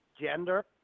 gender